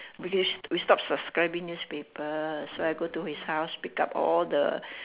because we stop subscribing newspaper so I go to his house pickup all the